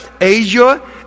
Asia